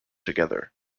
together